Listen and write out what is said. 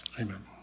Amen